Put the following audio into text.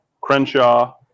crenshaw